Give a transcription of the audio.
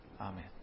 Amen